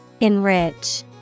Enrich